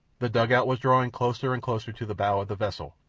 the dugout was drawing closer and closer to the bow of the vessel,